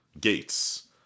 gates